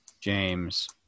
James